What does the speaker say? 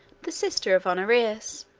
the sister of honorius